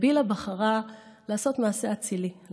בלהה בחרה לעשות מעשה אצילי,